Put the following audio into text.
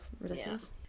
ridiculous